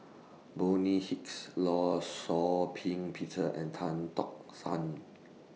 Bonny Hicks law Shau Ping Peter and Tan Tock San